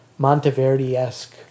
Monteverdi-esque